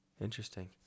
Interesting